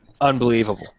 unbelievable